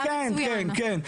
כן, כן, כן.